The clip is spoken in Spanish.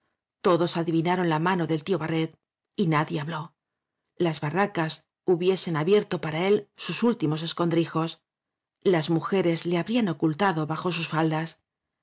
adi vinaron la mano del tío barret y nadie habló las barracas hubiesen abierto para él sus últimos escondrijos las mujeres le habrían ocultado bajo sus faldas